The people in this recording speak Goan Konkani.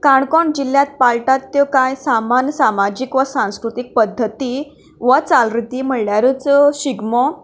काणकोण जिल्ल्यांत पाळटात त्यो कांय सामान्य सामाजीक वा सांस्कृतीक पद्दती वा चाली रिती म्हणल्यारच शिगमो